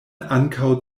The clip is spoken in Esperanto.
ankaŭ